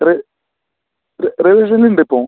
railway സ്റ്റേഷനിൽ ഉണ്ട് ഇപ്പോൾ